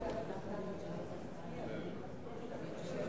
מה התוצאה?